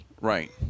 Right